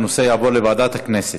הנושא יעבור לוועדת הכנסת.